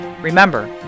Remember